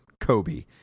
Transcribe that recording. kobe